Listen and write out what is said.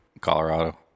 Colorado